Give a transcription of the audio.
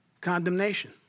condemnation